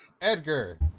Edgar